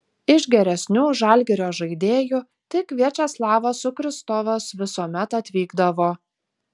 iš geresnių žalgirio žaidėjų tik viačeslavas sukristovas visuomet atvykdavo